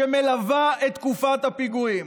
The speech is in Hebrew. שמלווה את תקופת הפיגועים.